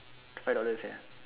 five dollar sia